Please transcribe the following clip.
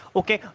okay